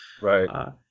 Right